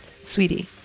Sweetie